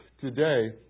today